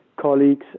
colleagues